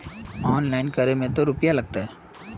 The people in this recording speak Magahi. ऑनलाइन करे में ते रुपया लगते?